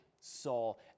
Saul